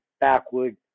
backward